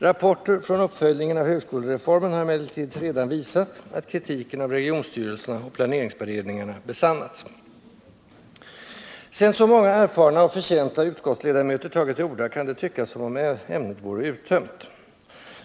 Rapporter från uppföljningen av högskolereformen har emellertid redan visat att kritiken av regionstyrelserna och planeringsberedningarna besannats. Sedan så många erfarna och förtjänta utskottsledamöter tagit till orda kan det tyckas som om ämnet vore uttömt.